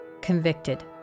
convicted